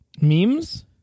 memes